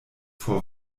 vor